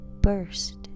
burst